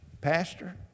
Pastor